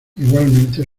igualmente